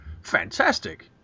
Fantastic